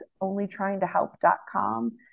onlytryingtohelp.com